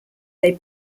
they